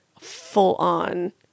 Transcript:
full-on